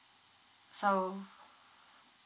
so